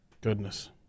Goodness